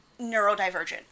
neurodivergent